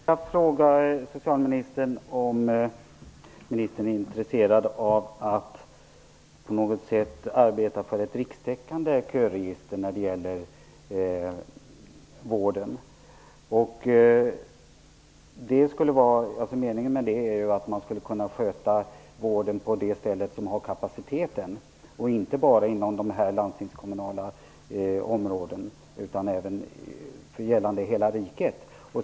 Fru talman! Jag skulle vilja fråga socialministern om ministern är intresserad av att på något sätt arbeta för ett rikstäckande köregister när det gäller vården. Meningen med det är att man skulle kunna sköta vården på det ställe som har kapaciteten. Det skulle inte bara vara inom de landstingskommunala områdena utan gälla hela riket.